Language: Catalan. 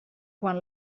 quan